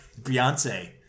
Beyonce